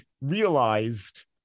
realized